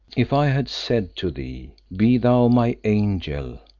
if i had said to thee be thou my angel,